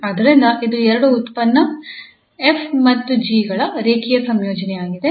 ಆದ್ದರಿಂದ ಇದು ಈ ಎರಡು ಉತ್ಪನ್ನ 𝑓 ಮತ್ತು 𝑔 ಗಳ ರೇಖೀಯ ಸಂಯೋಜನೆಯಾಗಿದೆ